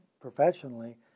professionally